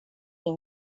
din